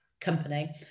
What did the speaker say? company